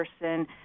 person